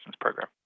program